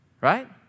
right